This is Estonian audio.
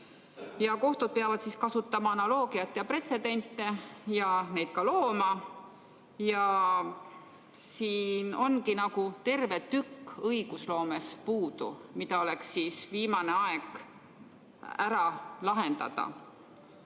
kohtud peavad kasutama analoogiat ja pretsedente ning neid ka looma. Siin ongi nagu terve tükk õigusloomes puudu, mida oleks viimane aeg ära lahendada.